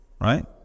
Right